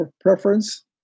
preference